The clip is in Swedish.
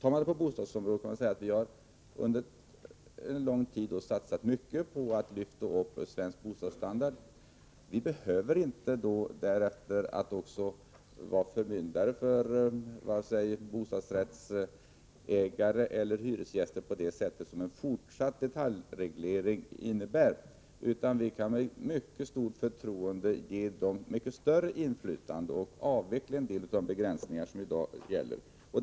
Vi har under en lång tid satsat mycket på att höja svensk bostadsstandard. Man behöver inte vara förmyndare för vare sig bostadsrättsägare eller hyresgäster på det sätt som en fortsatt detaljreglering innebär, utan man kan med mycket stort förtroende ge dessa grupper mycket större inflytande och avveckla en del av de begränsningar som i dag gäller.